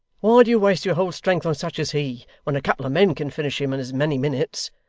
why do you waste your whole strength on such as he, when a couple of men can finish him in as many minutes!